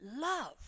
love